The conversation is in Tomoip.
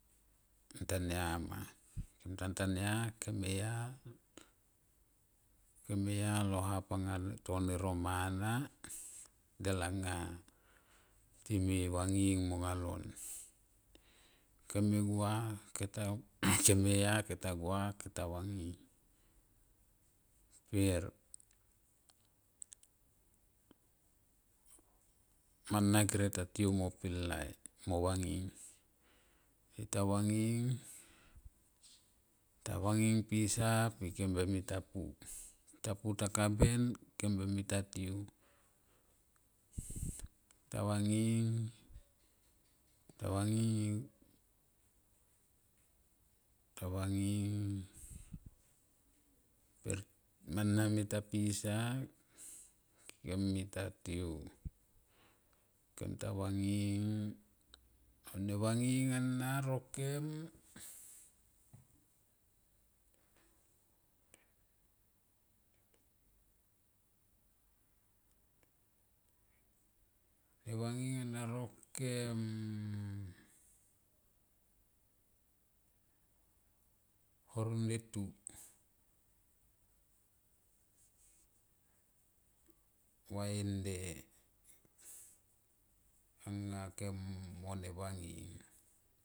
Tania ma kemta tania kem e ya. kem e ya lo nap anga to ne ro mana del anga time vanging au nga lon. Kem me gua ke e ya kem ta gua kem to vanging, ta vanging pisa pe kem be mita pu. Tapu taka ben kem be mita tiou, ta vanging, ta vanging ta vaning per mana mita pisa kem mita tiou. Kem ta vanging. mo ne vanging ana nokem ne vanging ana no kem horo mde tu va e nde anga kem mo ne vanging.